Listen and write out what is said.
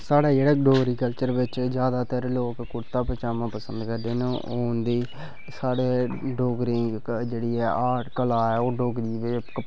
साढ़े जेह्ड़े डोगरी कल्चर बिच ज्यादातर लोग कुर्ता पजामा पसंद करदे न हून दी साढ़ी डोगरी जेह्ड़ी ऐ आर्ट कला ऐ ओह् डोगरी दे